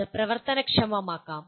അത് പ്രവർത്തനക്ഷമമാക്കാം